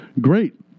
great